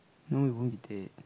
no we won't be dead